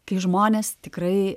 kai žmonės tikrai